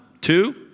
two